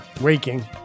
Waking